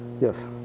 Yes